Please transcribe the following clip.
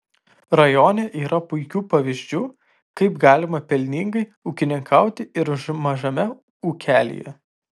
rajone yra puikių pavyzdžių kaip galima pelningai ūkininkauti ir mažame ūkelyje